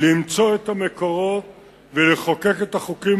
למצוא את המקורות ולחוקק את החוקים